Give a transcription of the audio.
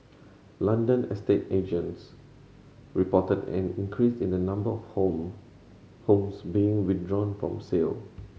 London estate agents reported an increase in the number of home homes being withdrawn from sale